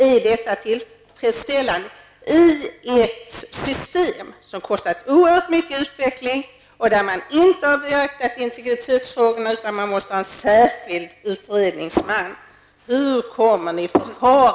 Är detta tillfredsställande i ett system som har kostat oerhört mycket i utveckling och där man inte har beaktat integritetsfrågorna utan har måst tillsätta en särskild utredningsman?